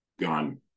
gone